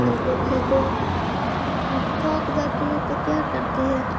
खेलते खेलते जब थक जाती है तो क्या करती है